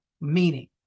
meaning